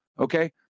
Okay